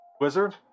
Wizard